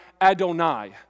Adonai